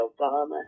Obama